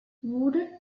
wooded